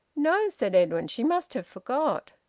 no, said edwin. she must have forgot.